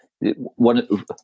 one